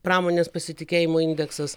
pramonės pasitikėjimo indeksas